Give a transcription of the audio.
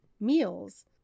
meals